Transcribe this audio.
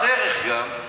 בדרך גם,